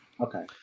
Okay